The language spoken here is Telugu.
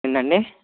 ఏంటండి